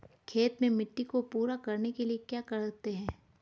खेत में मिट्टी को पूरा करने के लिए क्या करते हैं?